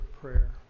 prayer